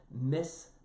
miss